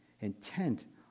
intent